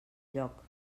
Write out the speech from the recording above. lloc